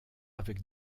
avec